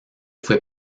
fue